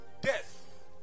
death